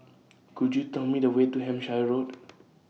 Could YOU Tell Me The Way to Hampshire Road